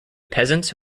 peasants